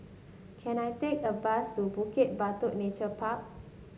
can I take a bus to Bukit Batok Nature Park